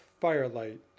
firelight